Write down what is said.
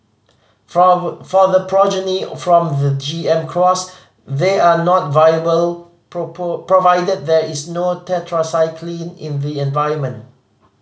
for the progeny from the G M cross they are not viable provided there is no tetracycline in the environment